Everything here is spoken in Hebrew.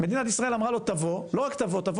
מדינת ישראל אמרה לו: תבוא